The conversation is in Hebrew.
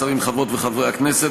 שרים וחברי הכנסת,